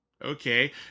Okay